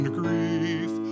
grief